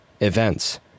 events